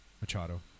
Machado